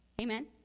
Amen